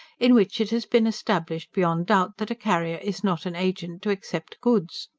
in which it has been established beyond doubt that a carrier is not an agent to accept goods.